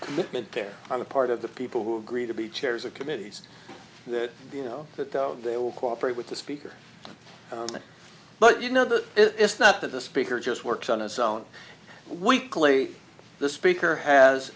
commitment there on the part of the people who agreed to be chairs of committees that you know that though they will cooperate with the speaker but you know that it's not that the speaker just works on his own weekly the speaker has